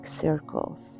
circles